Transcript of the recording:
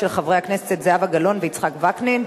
של חברי הכנסת זהבה גלאון ויצחק וקנין.